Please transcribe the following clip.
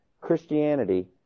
Christianity